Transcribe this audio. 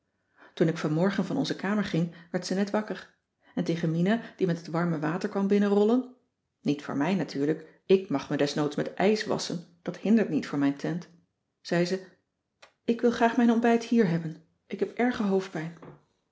toen ik vanmorgen van onze kamer ging werd ze net wakker en tegen mina die met het warme water kwam binnenrollen niet voor mij natuurlijk ik mag me desnoods met ijs wasschen dat hindert niet voor mijn teint zei ze ik wil graag mijn ontbijt hier hebben ik heb erge hoofdpijn